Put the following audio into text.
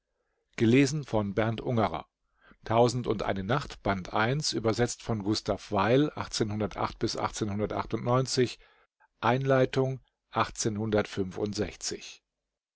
und nacht von